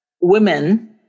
women